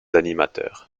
animateurs